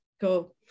Go